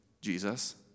Jesus